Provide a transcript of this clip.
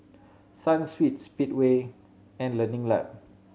Sunsweet Speedway and Learning Lab